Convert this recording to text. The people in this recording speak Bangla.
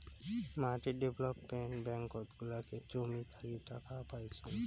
মাটি ডেভেলপমেন্ট ব্যাঙ্কত গুলাতে জমি থাকি টাকা পাইচুঙ